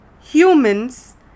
humans